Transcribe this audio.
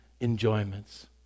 enjoyments